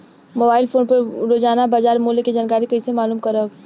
Mobile phone पर रोजाना बाजार मूल्य के जानकारी कइसे मालूम करब?